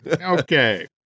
Okay